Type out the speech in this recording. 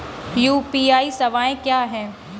UPI सवायें क्या हैं?